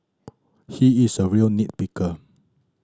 he is a real nit picker